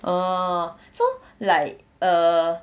orh so like err